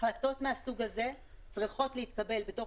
החלטות מהסוג הזה צריכות להתקבל בתוך